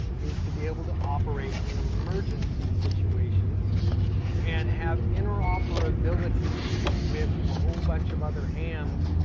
is to be able to operate in emergency situations and have interoperability with a whole bunch of other hams.